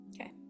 Okay